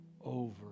over